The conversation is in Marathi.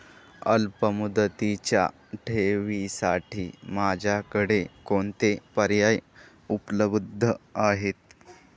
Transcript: अल्पमुदतीच्या ठेवींसाठी माझ्याकडे कोणते पर्याय उपलब्ध आहेत?